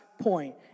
point